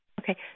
Okay